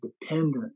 dependent